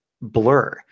blur